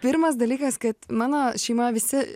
pirmas dalykas kad mano šeima visi